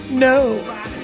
No